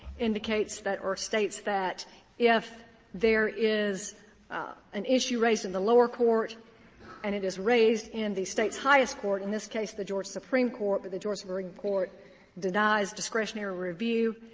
indicates that or states that if there is an issue raised in the lower court and it is raised in and the state's highest court, in this case, the georgia supreme court, but the georgia supreme court denies discretionary review,